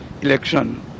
election